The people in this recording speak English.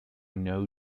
know